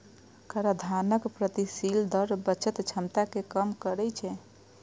कराधानक प्रगतिशील दर बचत क्षमता कें कम करै छै